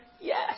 Yes